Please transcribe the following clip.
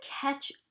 catch